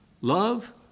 love